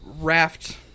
raft